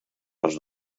els